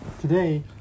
today